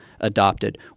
adopted